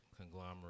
conglomerate